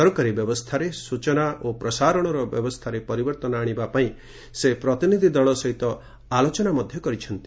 ସରକାରୀ ବ୍ୟବସ୍ଥାରେ ସ୍ଟଚନା ଓ ପ୍ରସାରଣର ବ୍ୟବସ୍ଥାରେ ପରିବର୍ତ୍ତନ ଆଶିବା ପାଇଁ ସେ ପ୍ରତିନିଧି ଦଳ ସହିତ ଆଲୋଚନା କରିଥିଲେ